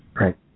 Right